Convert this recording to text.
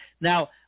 Now